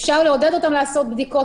אפשר לעודד את התושבים לעשות בדיקות,